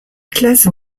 classes